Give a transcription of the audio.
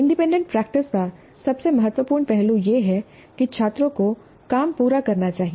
independent practice का सबसे महत्वपूर्ण पहलू यह है कि छात्रों को काम पूरा करना चाहिए